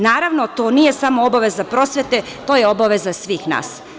Naravno, to nije samo obaveza prosvete, to je obaveza svih nas.